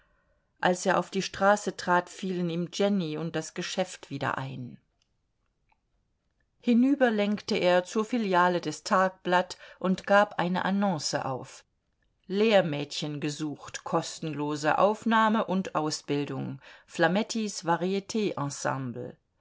als er auf die straße trat fielen ihm jenny und das geschäft wieder ein hinüber lenkte er zur filiale des tagblatt und gab eine annonce auf lehrmädchen gesucht kostenlose aufnahme und ausbildung